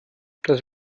das